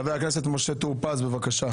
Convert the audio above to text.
חבר הכנסת משה טור פז, בבקשה.